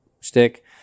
Stick